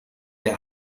der